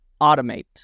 automate